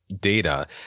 data